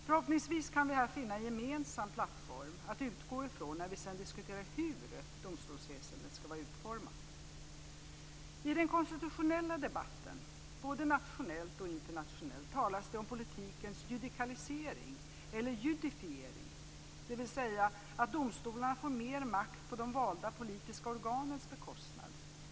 Förhoppningsvis kan vi här finna en gemensam plattform att utgå från när vi sedan diskuterar hur domstolsväsendet ska vara utformat. I den konstitutionella debatten, både nationellt och internationellt, talas det om politikens judikalisering eller judifiering, dvs. att domstolarna får mer makt på de valda politiska organens bekostnad.